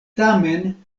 tamen